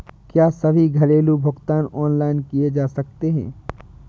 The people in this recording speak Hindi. क्या सभी घरेलू भुगतान ऑनलाइन किए जा सकते हैं?